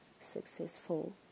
successful